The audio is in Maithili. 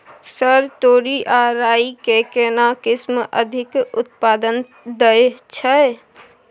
सर तोरी आ राई के केना किस्म अधिक उत्पादन दैय छैय?